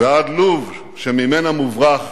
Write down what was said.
ועד לוב שממנה מוברח